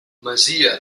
masia